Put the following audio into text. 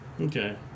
Okay